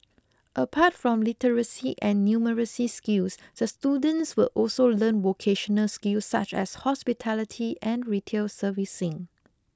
apart from literacy and numeracy skills the students will also learn vocational skills such as hospitality and retail servicing